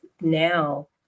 now